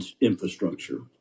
infrastructure